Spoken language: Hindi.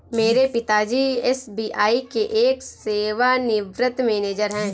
मेरे पिता जी एस.बी.आई के एक सेवानिवृत मैनेजर है